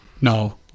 No